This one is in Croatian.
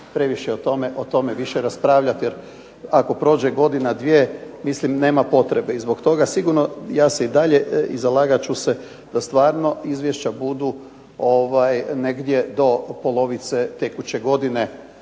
previše o tome raspravljati, jer ako prođe godina, dvije, mislim nema potrebe. I zbog toga sigurno ja se i dalje i zalagat ću se da stvarno izvješća budu negdje do polovice tekuće godine